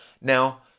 Now